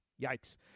Yikes